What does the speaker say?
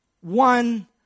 one